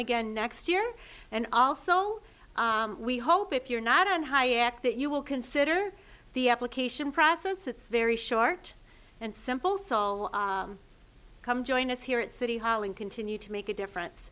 again next year and also we hope if you're not on high at that you will consider the application process it's very short and simple so come join us here at city hall and continue to make a difference